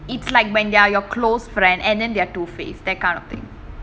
it's like when they are your close friend and then they are two faced that kind thing